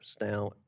Now